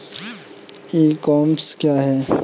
ई commerce क्या है?